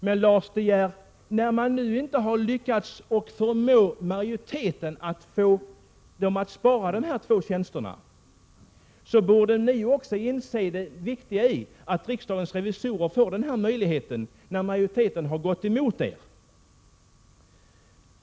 Men, Lars De Geer, när man nu inte har lyckats förmå majoriteten att spara in på dessa två tjänster borde ni också inse det viktiga i att riksdagens revisorer får denna möjlighet när majoriteten har gått emot er.